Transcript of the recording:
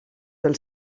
pel